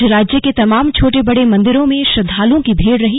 आज राज्य के तमाम छोटे बड़े मंदिरों में श्रद्वालुओं की भीड़ रही